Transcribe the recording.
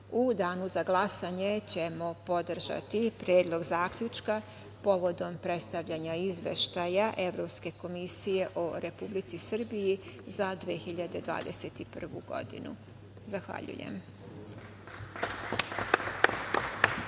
danu za glasanje ćemo podržati Predlog zaključka povodom predstavljanja Izveštaja Evropske komisije o Republici Srbiji za 2021. godinu. Zahvaljujem.